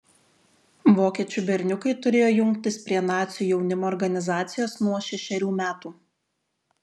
vokiečių berniukai turėjo jungtis prie nacių jaunimo organizacijos nuo šešerių metų